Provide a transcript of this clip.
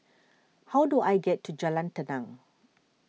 how do I get to Jalan Tenang